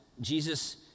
Jesus